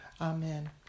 amen